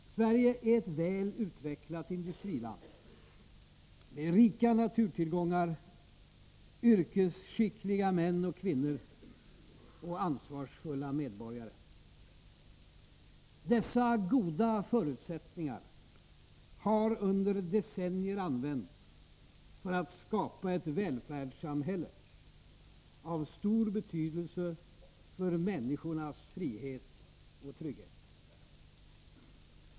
Sverige är ett väl utvecklat industriland med rika naturtillgångar, yrkesskickliga män och kvinnor och ansvarsfulla medborgare. Dessa goda förutsättningar har under decennier använts för att skapa ett välfärdssamhälle av stor betydelse för människornas frihet och trygghet.